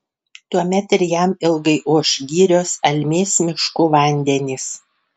tuomet ir jam ilgai oš girios almės miškų vandenys